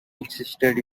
existed